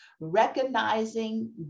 recognizing